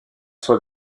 soi